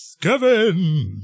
Kevin